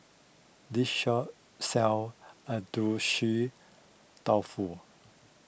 this shop sells Agedashi Dofu